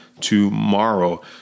tomorrow